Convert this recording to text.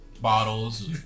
bottles